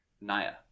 naya